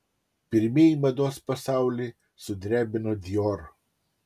pirmieji mados pasaulį sudrebino dior